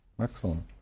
Excellent